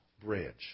Bridge